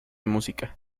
música